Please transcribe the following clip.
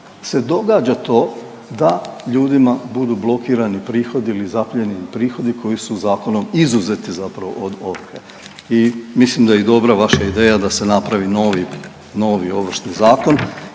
događa to da ljudima budu blokirani prihodi ili zaplijenjeni prihodi koji su zakonom izuzeti zapravo od ovrhe. I mislim da je i dobra vaša ideja da se napravi novi, novi Ovršni zakon.